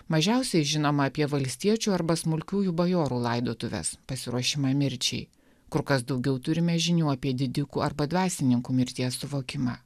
mažiausiai žinoma apie valstiečių arba smulkiųjų bajorų laidotuves pasiruošimą mirčiai kur kas daugiau turime žinių apie didikų arba dvasininkų mirties suvokimą